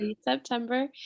September